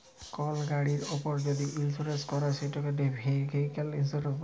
call গাড়ির উপর যদি ইলসুরেলস ক্যরে সেটকে ভেহিক্যাল ইলসুরেলস ব্যলে